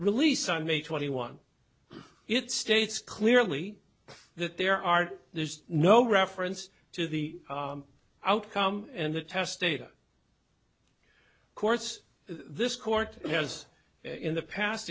release i'm a twenty one it states clearly that there are there's no reference to the outcome and the test data course this court has in the past